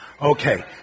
Okay